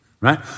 right